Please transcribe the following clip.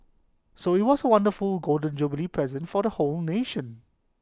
so IT was A wonderful Golden Jubilee present for the whole nation